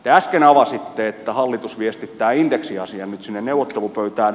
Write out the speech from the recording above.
te äsken avasitte että hallitus viestittää indeksiasian nyt sinne neuvottelupöytään